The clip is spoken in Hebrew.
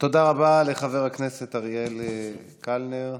תודה רבה לחבר הכנסת אריאל קלנר.